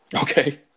Okay